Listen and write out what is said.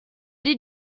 did